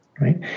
right